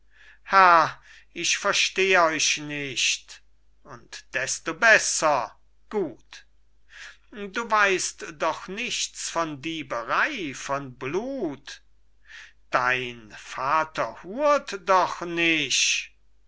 ich versteh euch nicht und desto besser gut du weißt doch nichts von dieberei von blut dein vater hurt doch nicht